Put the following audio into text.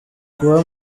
kuba